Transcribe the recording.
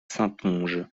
saintonge